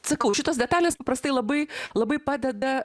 sakau šitos detalės paprastai labai labai padeda